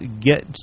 get